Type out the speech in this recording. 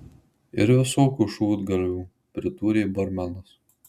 ir visokių šūdgalvių pridūrė barmenas